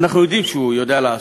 אנחנו יודעים שהוא יודע לעשות.